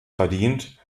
verdient